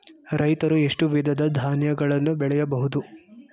ರೈತರು ಎಷ್ಟು ವಿಧದ ಧಾನ್ಯಗಳನ್ನು ಬೆಳೆಯಬಹುದು?